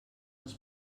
als